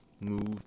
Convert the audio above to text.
move